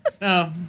No